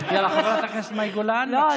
יאללה, חברת הכנסת מאי גולן, בבקשה.